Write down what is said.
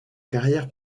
carrière